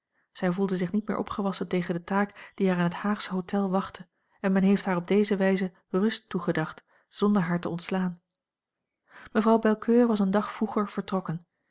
zij voelde zich niet meer opgewassen tegen de taak die haar in het haagsche hotel wachtte en men heeft haar op deze wijze rust toegedacht zonder haar te ontslaan mevrouw belcoeur was een dag vroeger vertrokken